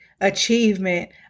achievement